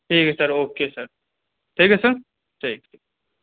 ٹھیک ہے sir okay sir ٹھیک ہے سر ٹھیک ٹھیک